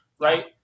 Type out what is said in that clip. Right